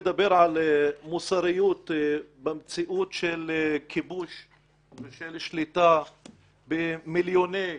לדבר על מוסריות במציאות של כיבוש ושל שליטה במיליוני